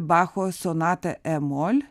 bacho sonatą e mol